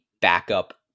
backup